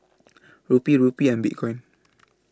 Rupee Rupee and Bitcoin